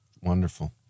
wonderful